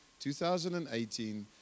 2018